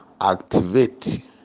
activate